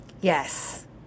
Yes